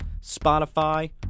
Spotify